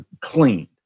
cleaned